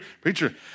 preacher